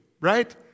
right